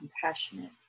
compassionate